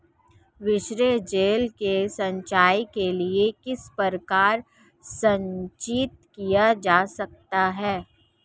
वर्षा जल को सिंचाई के लिए किस प्रकार संचित किया जा सकता है?